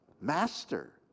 Master